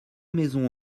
maisons